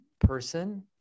person